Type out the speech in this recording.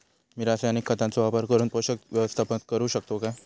मी रासायनिक खतांचो वापर करून पोषक व्यवस्थापन करू शकताव काय?